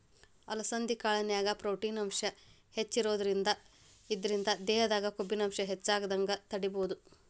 ಅಲಸಂಧಿ ಕಾಳಿನ್ಯಾಗ ಪ್ರೊಟೇನ್ ಅಂಶ ಹೆಚ್ಚಿರೋದ್ರಿಂದ ಇದ್ರಿಂದ ದೇಹದಾಗ ಕೊಬ್ಬಿನಾಂಶ ಹೆಚ್ಚಾಗದಂಗ ತಡೇಬೋದು